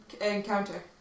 Encounter